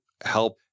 help